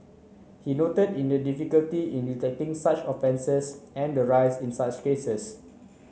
he note in the difficulty in detecting such offences and the rise in such cases